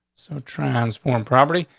so transformed property.